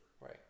right